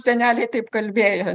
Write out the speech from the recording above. seneliai taip kalbėjo